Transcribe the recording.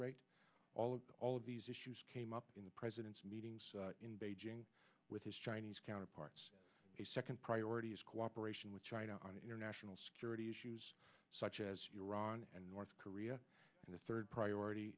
rate all of these issues came up in the president's meetings in beijing with his chinese counterparts the second priority is cooperation with china on the international security issues such as your iran and north korea and the third priority